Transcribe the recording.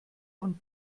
und